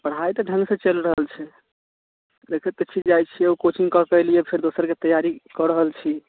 पढ़ाइ तऽ ढङ्ग से चलि रहल छै लेकिन ओ कोचिङ्ग जाइत छियै ओ कोचिङ्ग कऽ कऽ एलियै फेर दोसरके तैआरी कऽ रहल छी